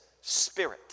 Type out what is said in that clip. spirit